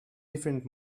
different